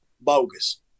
bogus